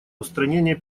устранение